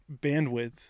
bandwidth